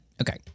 Okay